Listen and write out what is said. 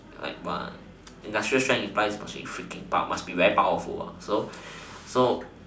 like what industrial strength implies must be freaking power must be very powerful so